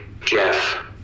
Jeff